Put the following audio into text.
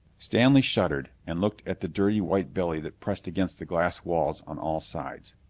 stanley shuddered, and looked at the dirty white belly that pressed against the glass walls on all sides.